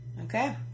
Okay